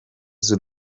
z’u